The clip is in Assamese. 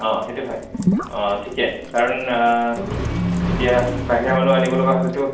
অঁ সেইটো হয় অঁ ঠিকে কাৰণ এতিয়া বাহিৰা মানুহ আনিব লগা হ'লেতো